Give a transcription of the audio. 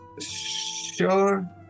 Sure